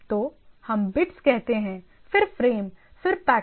तो हम बिट्स कहते हैं फिर फ्रेम फिर पैकेट